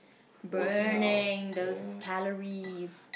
burning those calories